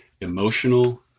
emotional